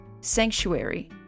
Sanctuary